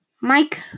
Mike